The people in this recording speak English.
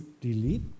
delete